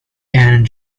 and